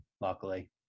luckily